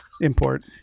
import